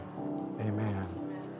Amen